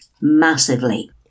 massively